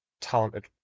talented